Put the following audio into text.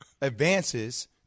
advances